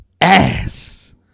ass